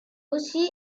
aussi